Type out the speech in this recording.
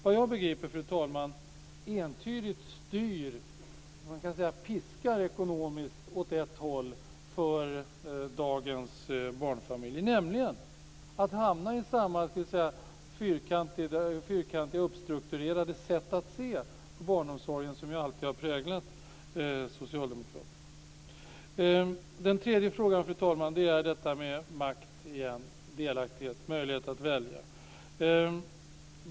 Vad jag begriper, fru talman, styr den entydigt, man kan säga piskar ekonomiskt, åt ett håll för dagens barnfamiljer. Man hamnar i samma fyrkantiga uppstrukturerade sätt att se på barnomsorgen som ju alltid har präglat socialdemokraterna. Den tredje frågan, fru talman, handlar återigen om detta med makt, delaktighet, möjlighet att välja.